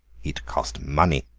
it cost money!